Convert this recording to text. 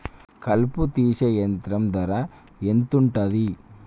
కలుపు తీసే యంత్రం ధర ఎంతుటది?